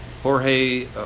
Jorge